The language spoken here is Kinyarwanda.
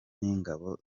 n’ingabo